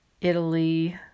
Italy